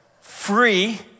free